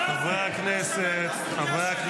חברי הכנסת.